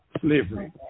slavery